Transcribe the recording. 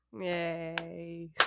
Yay